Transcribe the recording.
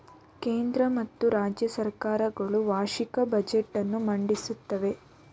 ಕೇಂದ್ರ ಮತ್ತು ರಾಜ್ಯ ಸರ್ಕಾರ ಗಳು ವಾರ್ಷಿಕ ಬಜೆಟ್ ಅನ್ನು ಮಂಡಿಸುತ್ತವೆ